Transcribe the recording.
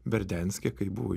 berdenske kai buvo